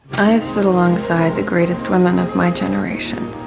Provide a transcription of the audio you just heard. i sit alongside the greatest women of my generation